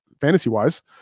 fantasy-wise